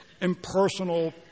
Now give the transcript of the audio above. impersonal